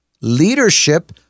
leadership